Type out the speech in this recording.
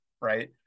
right